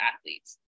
athletes